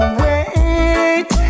wait